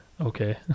Okay